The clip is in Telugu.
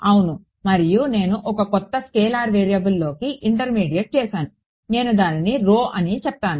అవును మరియు నేను ఒక కొత్త స్కేలార్ వేరియబుల్లోకి ఇంటర్మీడియట్ చేసాను నేను దానిని అని చెప్పాను